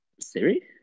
Siri